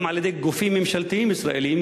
גם על-ידי גופים ממשלתיים ישראליים,